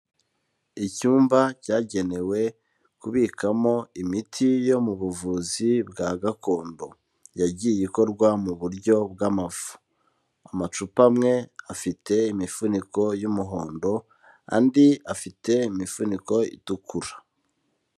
Icyumba cyagenewe kubikamo imiti yo mu buvuzi bwa gakondo. Yagiye ikorwa mu buryo bw'amafu. Amacupa amwe afite imifuniko y'umuhondo, andi afite imifuniko itukura.